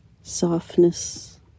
softness